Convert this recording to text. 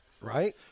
Right